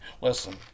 Listen